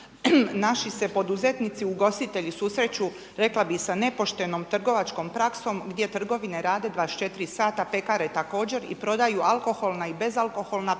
naši se poduzetnici i ugostitelji susreću, rekla bi sa nepoštenom trgovačkom praksom gdje trgovine rade 24 sata, pekare također, i prodaju alkoholna i bezalkoholna pića,